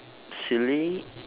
silly